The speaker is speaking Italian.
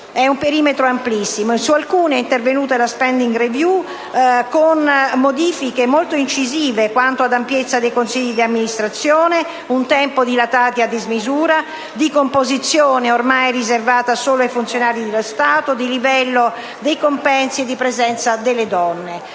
È un perimetro amplissimo e su alcune è intervenuta la *spending review* con modifiche molto incisive, quanto ad ampiezza dei consigli di amministrazione, un tempo dilatati a dismisura, di composizione, ormai riservata solo ai funzionari dello Stato, di livello dei compensi e di presenza delle donne.